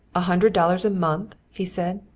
a hundred dollars a month, he said.